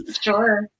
Sure